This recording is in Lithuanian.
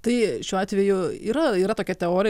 tai šiuo atveju yra yra tokia teorija